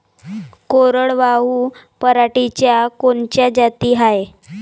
कोरडवाहू पराटीच्या कोनच्या जाती हाये?